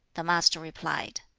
the master replied,